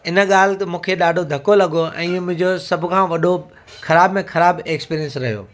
इन ॻाल्हि मूंखे ॾाढो धको लॻो ऐं इहो मुंहिंजो सभ खां वॾो ख़राब में ख़राबु एक्सपीरियंस रहियो